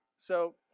so,